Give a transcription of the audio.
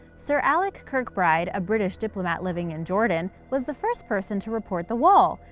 sir alec kirkbride, a british diplomat living in jordan, was the first person to report the wall.